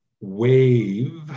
wave